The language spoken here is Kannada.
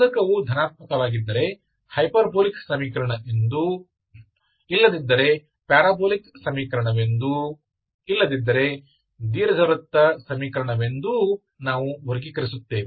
ಶೋಧಕವು ಧನಾತ್ಮಕವಾಗಿದ್ದರೆ ಹೈಪರ್ಬೋಲಿಕ್ ಸಮೀಕರಣ ಎಂದೂ ಇಲ್ಲದಿದ್ದರೆ ಪ್ಯಾರಾಬೋಲಿಕ್ ಸಮೀಕರಣವೆಂದೂ ಇಲ್ಲದಿದ್ದರೆ ದೀರ್ಘವೃತ್ತ ಸಮೀಕರಣವೆಂದೂ ನಾವು ವರ್ಗೀಕರಿಸುತ್ತೇವೆ